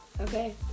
Okay